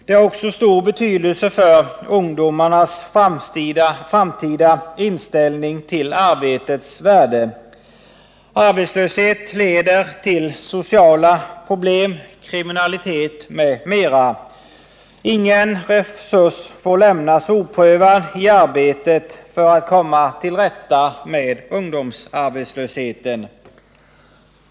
Det har också stor betydelse för ungdomarnas framtida inställning till arbetets värde. Arbetslöshet leder till sociala problem, kriminalitet m.m. Ingen resurs får lämnas oprövad i arbetet för att komma till rätta med ungdomsarbetslösheten.